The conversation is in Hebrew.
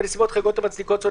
בנסיבות חריגות המצדיקות זאת,